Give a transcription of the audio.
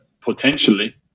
Potentially